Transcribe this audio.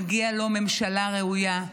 מגיעה לו ממשלה ראויה,